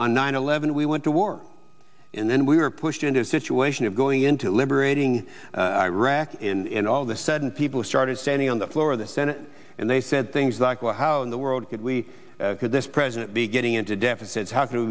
on nine eleven we went to war and then we were pushed into a situation of going into liberating iraq in all the sudden people started standing on the floor of the senate and they said things like well how in the world could we could this president be getting into deficit